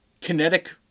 kinetic